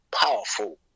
powerful